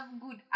good